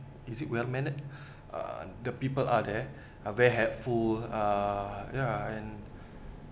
is it well mannered uh the people are there are very helpful ah ya and